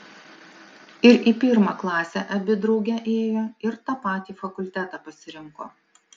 ir į pirmą klasę abi drauge ėjo ir tą patį fakultetą pasirinko